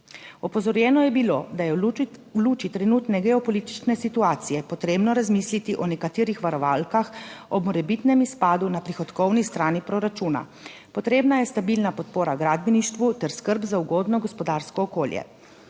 Opozorjeno je bilo, da je v luči trenutne geopolitične situacije potrebno razmisliti o nekaterih varovalkah ob morebitnem izpadu na prihodkovni strani proračuna. Potrebna je stabilna podpora gradbeništvu ter skrb za ugodno gospodarsko okolje.